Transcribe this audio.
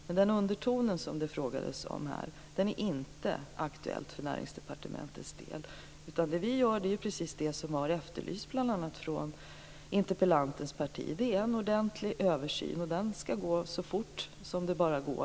Men den underton som det frågades om är inte aktuell för Näringsdepartementets del, utan det som vi på Näringsdepartementet gör är precis det som har efterlysts bl.a. från interpellantens parti, nämligen en ordentlig översyn, och den skall göras så fort som det bara är möjligt.